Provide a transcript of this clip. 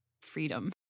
freedom